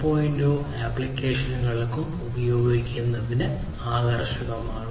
0 ആപ്ലിക്കേഷനുകൾക്കും ഉപയോഗിക്കുന്നതിന് വളരെ ആകർഷകമാണ്